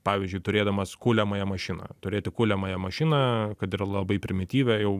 pavyzdžiui turėdamas kuliamąją mašiną turėti kuliamąją mašiną kad ir labai primityvią jau